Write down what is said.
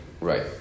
Right